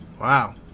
Wow